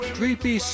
Creepy